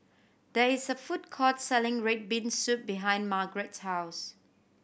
there is a food court selling red bean soup behind Margret's house